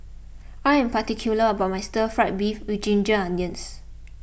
I am particular about my Stir Fry Beef with Ginger Onions